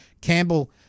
Campbell